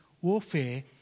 warfare